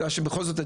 כי בכל זאת,